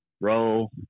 roll